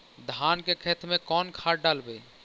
धान के खेत में कौन खाद डालबै?